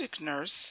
nurse